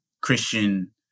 Christian